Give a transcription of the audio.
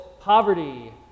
poverty